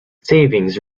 savings